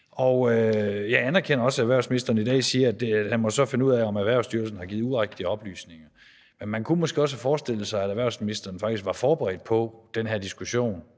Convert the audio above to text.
Jeg anerkender også, at erhvervsministeren i dag siger, at han så må finde ud af, om Erhvervsstyrelsen har givet urigtige oplysninger. Men man kunne måske også have forestillet sig, at erhvervsministeren faktisk var forberedt på den her diskussion,